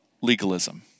legalism